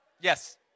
Yes